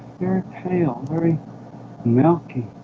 very pale. very milky